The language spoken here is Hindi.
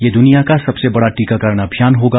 यह दुनिया का सबसे बड़ा टीकाकरण अभियान होगा